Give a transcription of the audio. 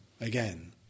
again